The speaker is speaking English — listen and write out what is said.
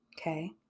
okay